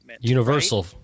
Universal